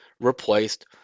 replaced